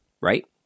right